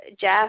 Jeff